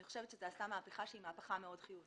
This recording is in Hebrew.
אני חושבת שזה עשה מהפכה מאוד חיובית.